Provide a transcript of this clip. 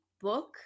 book